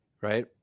Right